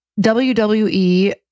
WWE